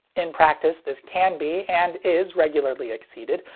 in practice this can be and is regularly exceeded,